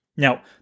Now